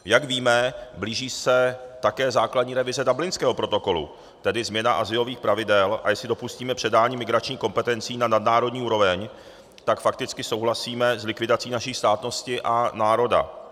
Jak víme, blíží se také základní revize Dublinského protokolu, tedy změna azylových pravidel, a jestli dopustíme předání migračních kompetencí na nadnárodní úroveň, tak fakticky souhlasíme s likvidací naší státnosti a národa.